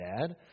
dad